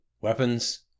Weapons